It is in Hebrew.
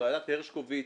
בוועדת הרשקוביץ,